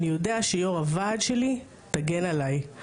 אני יודע שיו"ר הוועד שלי תגן עליי.